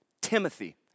Timothy